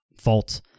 fault